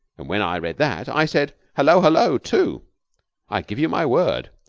and when i read that, i said hullo! hullo too, i give you my word.